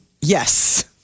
Yes